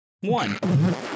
One